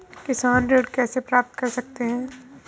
किसान ऋण कैसे प्राप्त कर सकते हैं?